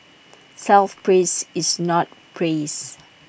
self praise is not praise